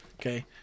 Okay